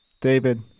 David